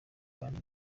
kandi